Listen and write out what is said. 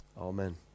Amen